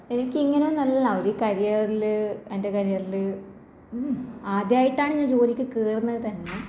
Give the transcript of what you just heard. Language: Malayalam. എനിക്ക് ഇങ്ങനെയൊന്നുമല്ല ഒരു കരിയറിൽ എൻ്റെ കരിയറിൽ ആദ്യമായിട്ടാണ് ഞാൻ ജോലിക്ക് കയറുന്നത് തന്നെ